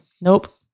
Nope